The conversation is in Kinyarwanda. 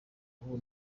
ubu